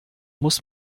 muss